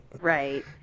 Right